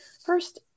first